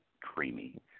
creamy